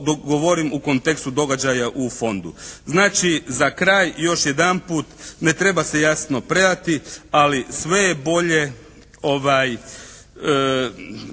dok govorim u kontekstu događaja u fondu. Znači za kraj još jedanput, ne treba se jasno predati, ali sve je bolje,